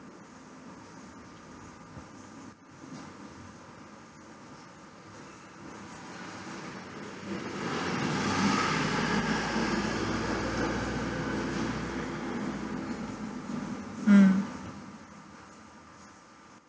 mm